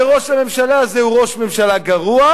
וראש הממשלה הזה הוא ראש ממשלה גרוע,